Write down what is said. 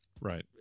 Right